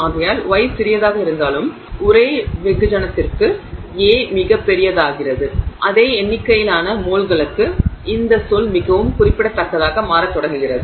ஆகையால் γ சிறியதாக இருந்தாலும் ஏனென்றால் ஒரே வெகுஜனத்திற்கு A மிகப் பெரியதாகிறது எனவே அதே எண்ணிக்கையிலான மோல்களுக்கு இந்த சொல் மிகவும் குறிப்பிடத்தக்கதாக மாறத் தொடங்குகிறது